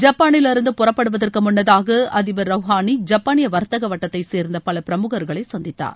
ஜப்பானிலிருந்து புறப்படுவதற்கு முன்னதாக அதிபர் ரவ்ஹாளி ஜப்பானிய வர்த்தக வட்டத்தைச் சேர்ந்த பல பிரமுகர்களை சந்தித்தார்